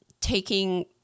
taking